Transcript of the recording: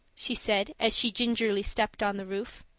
she said as she gingerly stepped on the roof.